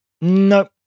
no